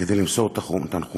כדי למסור תנחומים,